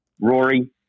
rory